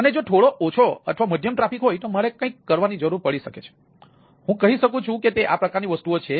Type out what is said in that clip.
અને જો થોડો ઓછો ટ્રાફિક અથવા મધ્યમ ટ્રાફિક હોય તો મારે કંઈક કરવાની જરૂર પડી શકે છે હું કહી શકું છું કે તે આ પ્રકારની વસ્તુઓ છે